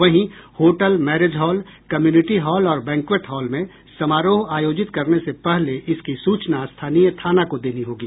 वहीं hotel marriage hall community hall और banquet hall में समारोह आयोजित करने से पहले इसकी सूचना स्थानीय थाना को देनी होगी